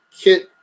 Kit